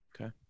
Okay